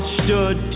stood